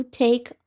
take